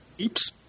oops